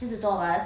just the two of us